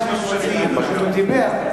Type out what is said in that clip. אני,